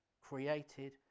created